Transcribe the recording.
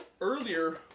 Earlier